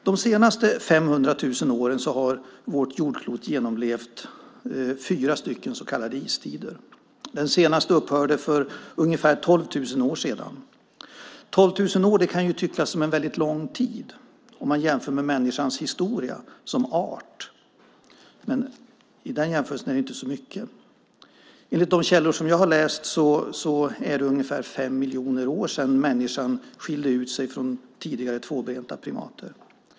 De senaste 500 000 åren har vårt jordklot genomlevt fyra så kallade istider. Den senaste upphörde för ungefär 12 000 år sedan. 12 000 år kan tyckas som en väldigt lång tid om man jämför med människans historia som art, men i den jämförelsen är det inte så mycket. Enligt de källor som jag har läst är det ungefär 5 miljoner år sedan människan skilde ut sig från tidigare tvåbenta primater.